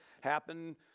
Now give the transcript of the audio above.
happen